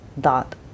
dot